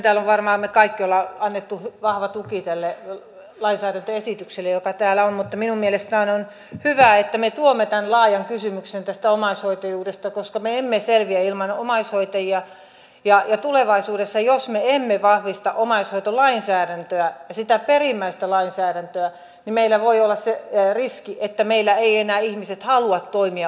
täällä varmaan me kaikki olemme antaneet vahvan tuen tälle lainsäädäntöesitykselle joka täällä on mutta minun mielestäni on hyvä että me tuomme tämän laajan kysymyksen tästä omaishoitajuudesta koska me emme selviä ilman omaishoitajia ja tulevaisuudessa jos me emme vahvista omaishoitolainsäädäntöä sitä perimmäistä lainsäädäntöä meillä voi olla se riski että meillä eivät enää ihmiset halua toimia omaishoitajina